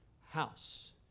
house